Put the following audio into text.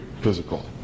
physical